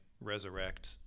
resurrect